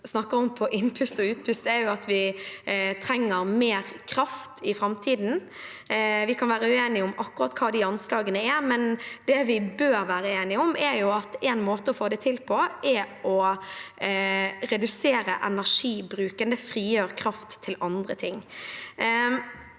og utpust, er at vi trenger mer kraft i framtiden. Vi kan være uenige om akkurat hva de anslagene er, men det vi bør være enige om, er at en måte å få det til på, er å redusere energibruken. Det frigjør kraft til andre ting.